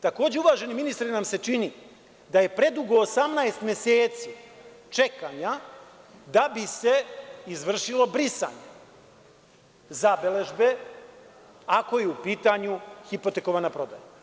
Takođe nam se čini, uvaženi ministre, da je predugo 18 meseci čekanja da bi se izvršilo brisanje zabeležbe ako je u pitanju hipotekovana prodaja.